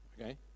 okay